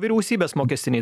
vyriausybės mokestiniai